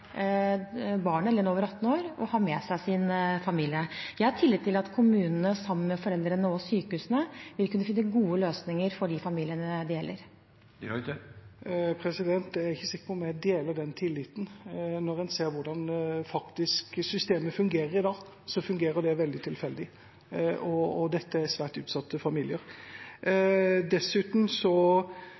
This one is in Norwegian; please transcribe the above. over 18 år å ha med seg sin familie. Jeg har tillit til at kommunene sammen med foreldrene og sykehusene vil kunne finne gode løsninger for de familiene det gjelder. Jeg er ikke sikker på om jeg deler den tilliten når en ser hvordan systemet faktisk fungerer i dag. Det fungerer veldig tilfeldig, og dette er svært utsatte familier. Dessuten